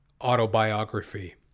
autobiography